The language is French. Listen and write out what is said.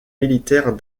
militaire